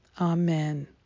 Amen